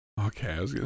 Okay